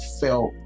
felt